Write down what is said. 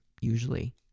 usually